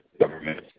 government